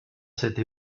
cette